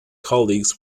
colleagues